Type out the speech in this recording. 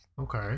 Okay